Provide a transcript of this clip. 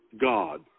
God